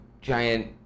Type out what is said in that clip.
giant